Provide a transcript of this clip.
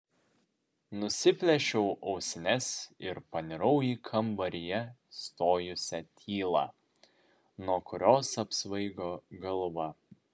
nusiplėšiau ausines ir panirau į kambaryje stojusią tylą nuo kurios apsvaigo galva